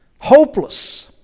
hopeless